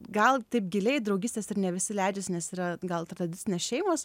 gal taip giliai draugystės ir ne visi leidžiasi nes yra gal tradicinės šeimos